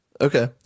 okay